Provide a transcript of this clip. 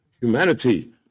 humanity